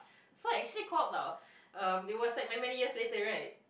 so actually called tau um it was like many many years later right